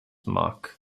mack